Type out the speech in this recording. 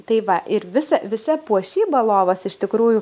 tai va ir visa visa puošyba lovos iš tikrųjų